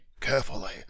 carefully